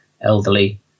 elderly